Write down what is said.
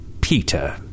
Peter